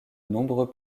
nombreux